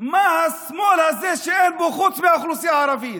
מה השמאל הזה שאין בו חוץ מהאוכלוסייה הערבית?